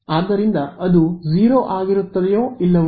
ಆದ್ದರಿಂದ ಅದು 0 ಆಗಿರುತ್ತದೆಯೋ ಇಲ್ಲವೋ